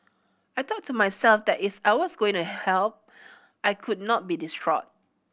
I thought to myself that is I was going to help I could not be distraught